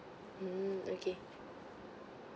mm okay